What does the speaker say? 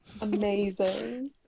Amazing